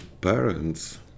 parents